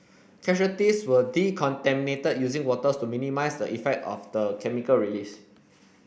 casualties were decontaminated using waters to minimise the effect of the chemical release